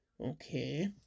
Okay